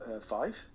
five